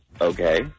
Okay